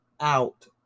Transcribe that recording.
out